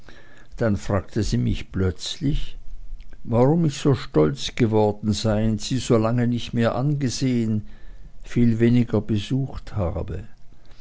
dann fragte sie mich plötzlich warum ich so stolz geworden sei und sie so lange nie mehr angesehen viel weniger besucht habe